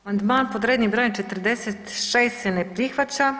Amandman pod rednim brojem 46 se ne prihvaća.